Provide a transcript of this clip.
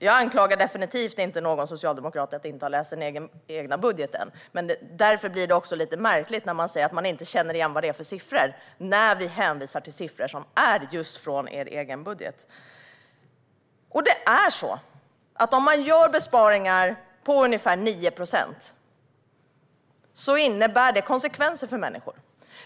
Jag anklagar definitivt inte någon socialdemokrat för att inte ha läst sin egen budget, men därför blir det lite märkligt när man säger att man inte känner igen siffrorna när vi hänvisar till siffror som finns just i den budgeten. Om man gör besparingar på ungefär 9 procent innebär det konsekvenser för människor.